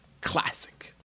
classic